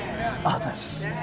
others